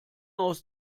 aus